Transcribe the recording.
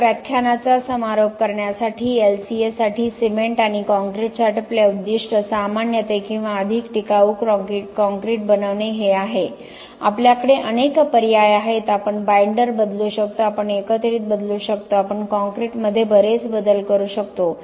तर या व्याख्यानाचा समारोप करण्यासाठी LCA साठी सिमेंट आणि कॉंक्रिटसाठी आपले उद्दिष्ट सामान्यतः किंवा अधिक टिकाऊ काँक्रीट बनवणे हे आहे आपल्याकडे अनेक पर्याय आहेत आपण बाईंडर बदलू शकतो आपण एकत्रित बदलू शकतो आपण कॉंक्रिटमध्ये बरेच बदल करू शकतो